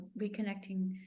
reconnecting